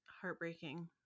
heartbreaking